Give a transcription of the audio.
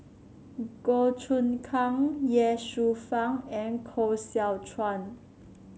Goh Choon Kang Ye Shufang and Koh Seow Chuan